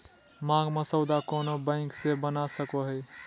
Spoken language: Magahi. मांग मसौदा कोनो बैंक से बना सको हइ